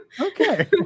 Okay